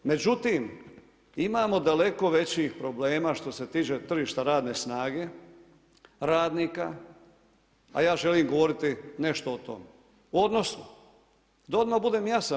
Međutim, imamo daleko većih problema što se tiče tržišta radne snage, radnika a ja želim govoriti nešto o tome, odnosno da odmah budem jasan.